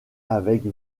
avec